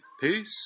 peace